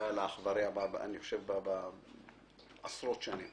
לא היה לה אח ורע עשרות שנים.